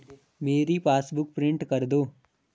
मेरी passbook print कर दो